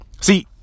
See